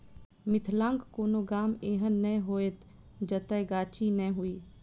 मिथिलाक कोनो गाम एहन नै होयत जतय गाछी नै हुए